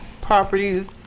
properties